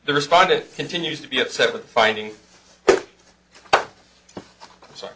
the responded continues to be upset with finding so